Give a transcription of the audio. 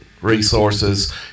resources